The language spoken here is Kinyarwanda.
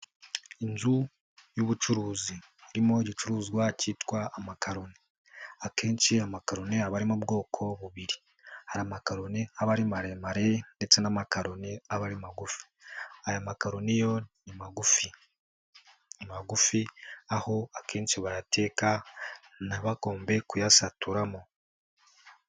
Inzu y'ubucuruzi harimo igicuruzwa kitwa amakaroni akenshi amakaroni abamo bwoko bubiri, hari amakaroni aba ari maremare ndetse n'amakaroni aba ari magufi. Aya makaroni yo ni magufi, ni magufi aho akenshi bayateka ntibagombe kuyasaturamo.